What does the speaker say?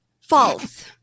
False